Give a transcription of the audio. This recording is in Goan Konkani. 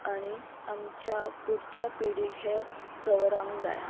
आनी आमच्या पुडच्या पिडीक हें दवरूंक जाया